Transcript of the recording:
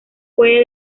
puede